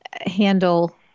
handle